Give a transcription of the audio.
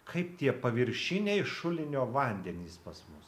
kaip tie paviršiniai šulinio vandenys pas mus